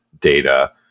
data